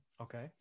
Okay